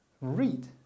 read